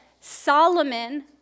Solomon